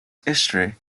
history